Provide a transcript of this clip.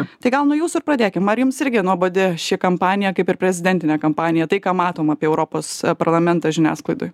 tai gal nuo jūsų pradėkim ar jums irgi nuobodi ši kampanija kaip ir prezidentinė kampanija tai ką matom apie europos parlamentą žiniasklaidoj